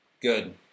Good